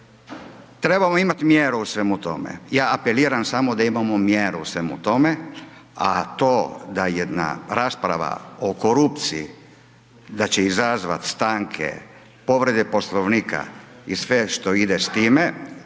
Trebamo imati mjeru u svemu tome, ja apeliram samo da imamo mjeru u svemu tome, a to da jedna rasprava o korupciji, da će izazvati stanke, povrede poslovnika i sve što ide s time,